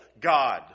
God